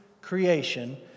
creation